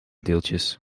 deeltjes